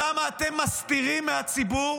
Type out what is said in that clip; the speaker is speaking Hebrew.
למה אתם מסתירים מהציבור